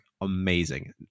amazing